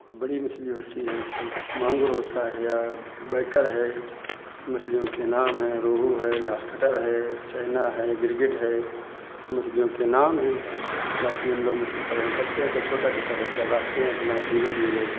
कोई बड़ी मछली होती है कोई मांगुर होता है या जो बैकर है सब मछलियों के नाम हैं रोहू है घास कटर है चैना है बिरगिट है सब मछलियों के नाम हैं बाकी हम लोग मछली पालन करते हैं तो छोटा छोटा बच्चा लाते हैं अपना धीरे धीरे